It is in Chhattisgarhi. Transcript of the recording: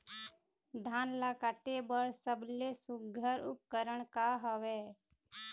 धान ला काटे बर सबले सुघ्घर उपकरण का हवए?